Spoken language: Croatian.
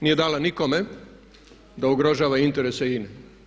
Nije dala nikome da ugrožava interese INA-e.